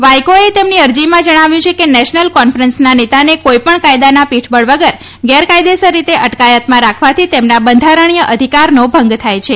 વાઇકોએ તેમની અરજીમાં જણાવ્યું છે કે નેશનલ કોન્ફરન્સના નેતાને કોઈપણ કાયદાના પીઠબળ વગર ગેરકાયદેસર રીતે અટકાયતમાં રાખવાથી તેમના બંધારણીય અધિકારનો ભંગ થાય છે